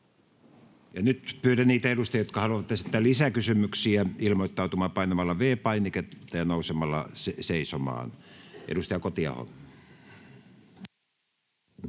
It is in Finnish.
nyt pyydän niitä edustajia, jotka haluavat esittää lisäkysymyksiä, ilmoittautumaan painamalla V-painiketta ja nousemalla seisomaan. — Edustaja Kotiaho.